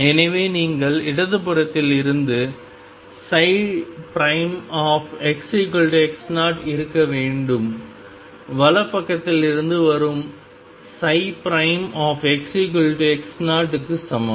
எனவே நீங்கள் இடதுபுறத்தில் இருந்து xx0 இருக்க வேண்டும் வலப்பக்கத்திலிருந்து வரும்xx0 க்கு சமம்